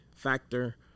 factor